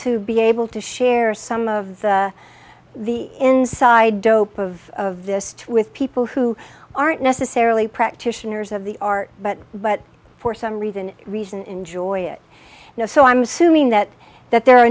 to be able to share some of the inside dope of this with people who aren't necessarily practitioners of the art but but for some reason reason enjoy it now so i'm assuming that that there are a